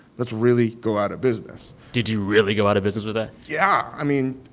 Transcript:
let's really go out of business did you really go out of business with that? yeah. i mean.